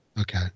Okay